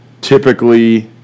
typically